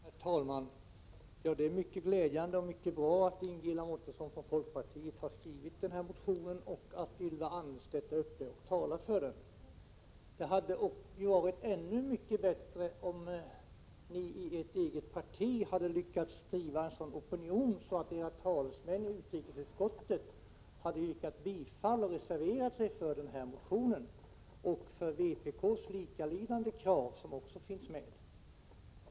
Herr talman! Det är mycket glädjande och mycket bra att Ingela 9 december 1986 Mårtensson från folkpartiet har väckt denna motion och att Ylva Annerstedt talar för den i kammaren. Det hade varit ännu bättre om ni i ert eget parti hade lyckats skapa en sådan opinion att era talesmän i utrikesutskottet hade yrkat bifall till motionen och reserverat sig för den och för vpk:s likalydande krav som också finns med.